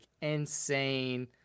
insane